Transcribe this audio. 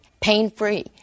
pain-free